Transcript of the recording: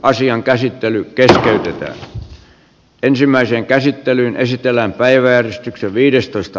asian käsittely keskeytetään